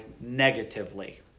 negatively